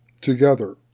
together